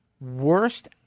Worst